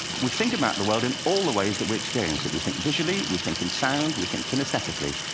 we think about the world in all the ways that we experience it. we think visually, we think in sound, we think kinesthetically.